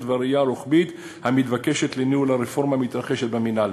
ובדרישת הראייה הרוחבית המתבקשת לניהול הרפורמה המתרחשת במינהל.